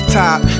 top